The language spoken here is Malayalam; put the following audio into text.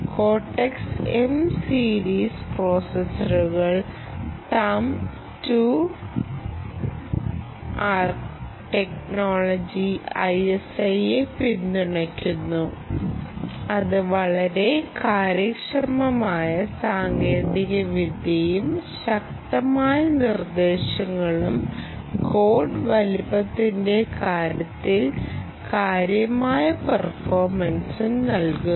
കോർടെക്സ് M സീരീസ് പ്രോസസ്സറുകൾ തമ്പ് 2 ടെക്നോളജി ISIയെ പിന്തുണയ്ക്കുന്നു അത് വളരെ കാര്യക്ഷമമായ സാങ്കേതികവിദ്യയും ശക്തമായ നിർദ്ദേശങ്ങളും കോഡ് വലുപ്പത്തിന്റെ കാര്യത്തിൽ കാര്യമായ പെർഫോർമെൻസും നൽകുന്നു